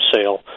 sale